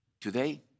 today